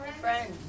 Friends